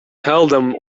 them